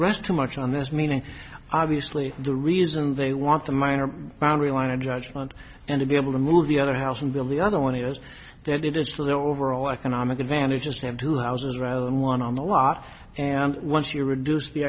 rest too much on this meaning obviously the reason they want the minor boundary line of judgment and to be able to move the other house and believe other one is that it is for the overall economic advantages to have two houses rather than one on the lot and once you reduce the